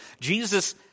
Jesus